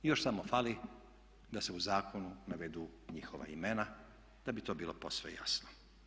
I još samo fali da se u zakonu navedu njihova imena da bi to bilo posve jasno.